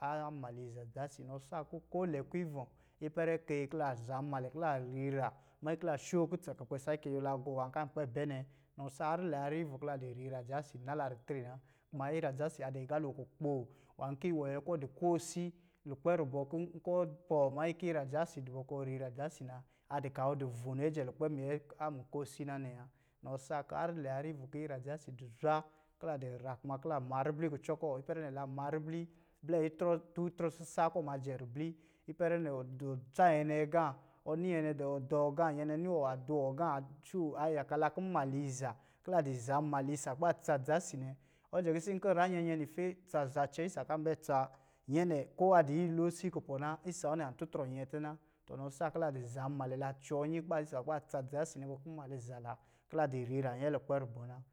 A-a nmaliza dza si. Nɔ saa ku ko lɛ, ko ivɔ̄, ipɛrɛ kɛyi ki la zanmalɛ, kila riira manyi ki la shookutsa ka kpɛ sakɛ yuwɔ gɔ nwā kan kpɛ bɛ nɛ. Nɔ saa harr lɛ, harr ivɔ̄ kila di viira dza si na la ritre na. Kuma ira dza si a di agalo kukpoo nwā ki wɔ nyɛ kɔ̄ ɔ di koosi lukpɛ rubɔ kɔ̄ n-nkɔ̄ pɔɔ manyi ki ira dza si na, a di kaa ɔ divo nɛɛ jɛ lukpɛ minyɛ an mukoosi na nɛ na. Nɔ saa ka harr lɛ, harr ivɔ̄ ki ira dza si du zwa, ki la di ra kuma kila maa ribli kucɔ kɔ̄. Ipɛrɛ nɛ la maa ribli, blɛ itrɔ, tu itrɔ sisa kɔ majɛ ribli. Ipɛrɛ nɛ wɔ dutsaa nyɛ nɛ gā, ɔ ni nyɛ nɛ dɛ, ɔ dɔɔ agā, nyɛ nɛ ni wɔ, a duwɔ agā, a yaka la kii nmaliiza ki la di zanmalɛ isa kuba tsa dza si nɛ. Ɔ jɛ kisi nkɔ̄ ra nyɛ yɛ nife tsa zacɛɛ, isa kan bɛ tsa, nyɛ nɛ ko a di nyɛ iloosi kupɔ̄ na, isa ruwɔ̄ nɛ, an turtɔ yɛ tina. Tɔ, inɔ saa kila di zanmalɛ, la cɔɔ nyi kuba isa kuba tsa dza si nɛ bɔ, kɔ̄ nmalɛ za la, ki la di viira yɛ lukpɛ rubɔ na.